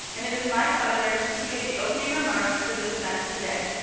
and it is my pleasure to give the opening remarks for this event today.